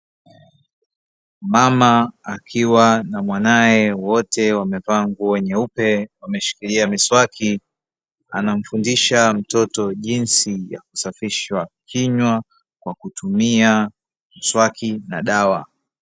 Mama akiwa na mwanaye wote wamevaa nguo nyeupe wameshikilia miswaki, anamfundisha mtoto jinsi ya kusafisha kinywa kwa kutumia mswaki na dawa.